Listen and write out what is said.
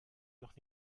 doch